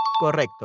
correcto